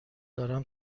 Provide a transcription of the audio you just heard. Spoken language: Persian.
دارم